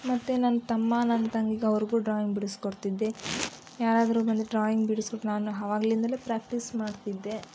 ಮತ್ತು ನನ್ನ ತಮ್ಮ ನನ್ನ ತಂಗಿಗವ್ರ್ಗು ಡ್ರಾಯಿಂಗ್ ಬಿಡ್ಸ್ಕೊಡ್ತಿದ್ದೆ ಯಾರಾದರೂ ಬಂದರೆ ಡ್ರಾಯಿಂಗ್ ಬಿಡಿಸೋಕೆ ನಾನು ಆವಾಗ್ಲಿಂದಲೂ ಪ್ರ್ಯಾಕ್ಟಿಸ್ ಮಾಡ್ತಿದ್ದೆ